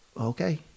Okay